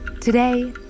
Today